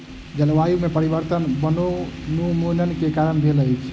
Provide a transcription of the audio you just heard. जलवायु में परिवर्तन वनोन्मूलन के कारण भेल अछि